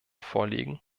vorlegen